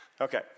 Okay